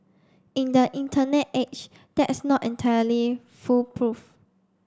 in the Internet age that's not entirely foolproof